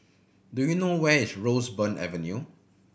do you know where is Roseburn Avenue